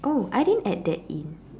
oh I didn't add that in